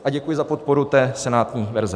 A děkuji za podporu senátní verze.